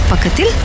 Pakatil